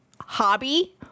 hobby